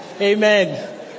amen